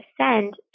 send